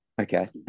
Okay